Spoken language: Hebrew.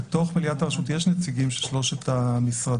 בתוך מליאת הרשות יש נציגים של שלושת המשרדים,